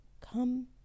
come